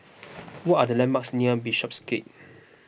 what are the landmarks near Bishopsgate